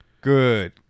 Good